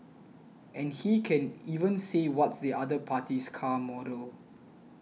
and he can even say what's the other party's car model